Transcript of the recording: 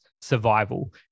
survival